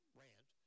rant